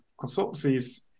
Consultancies